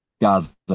Gaza